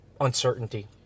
uncertainty